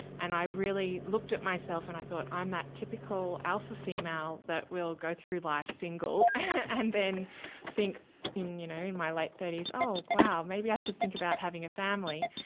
and i really looked at myself and i thought i'm that typical alpha female that will go through life single and then think in you know in my late thirty s, oh wow, maybe i should think about having a family.